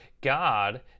God